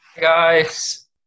guys